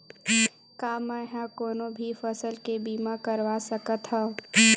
का मै ह कोनो भी फसल के बीमा करवा सकत हव?